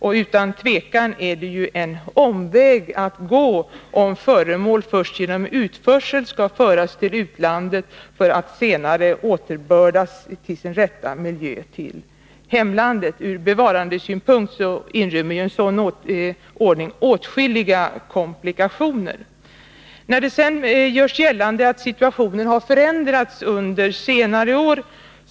Och utan tvivel är det att gå en omväg, om föremål först, genom utförsel, skall föras till utlandet för att senare återbördas till sin rätta miljö, till hemlandet. Ur bevarandesynpunkt inrymmer en sådan ordning åtskilliga komplikationer. Det görs gällande att situationen har förändrats under senare år.